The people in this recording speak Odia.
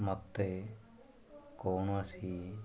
ମୋତେ କୌଣସି